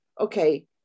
okay